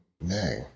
nay